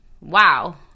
Wow